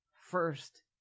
first